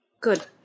Good